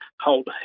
hold